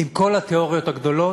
עם כל התיאוריות הגדולות,